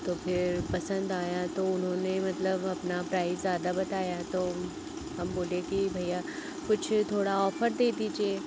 तो फिर पसंद आया तो उन्होंने मतलब अपना प्राइज़ ज़्यादा बताया तो हम बोले कि भैया कुछ थोड़ा ऑफर दे दीजिए